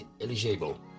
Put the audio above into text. eligible